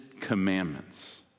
commandments